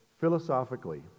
Philosophically